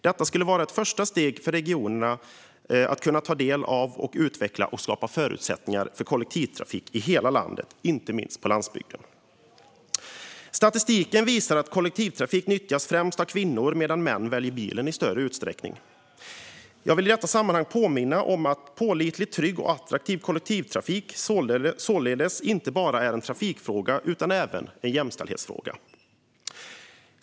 Detta skulle vara ett första steg för regionerna att kunna ta del av för att utveckla och skapa förutsättningar för kollektivtrafik i hela landet, inte minst på landsbygden. Statistiken visar att kollektivtrafik nyttjas främst av kvinnor, medan män i större utsträckning väljer bilen. Jag vill i detta sammanhang påminna om att pålitlig, trygg och attraktiv kollektivtrafik således inte bara är en trafikfråga utan även en jämställdhetsfråga.